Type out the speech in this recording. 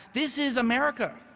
this is america,